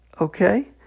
okay